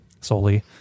solely